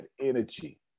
energy